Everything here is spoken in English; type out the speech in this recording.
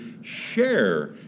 share